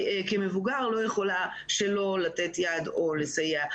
כמבוגר לא יכולה שלא לתת יד או לסייע.